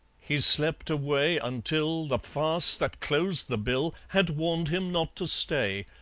he slept away until the farce that closed the bill had warned him not to stay,